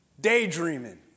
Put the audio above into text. Daydreaming